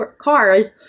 cars